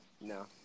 No